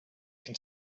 can